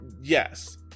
Yes